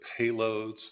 payloads